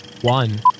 one